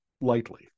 lightly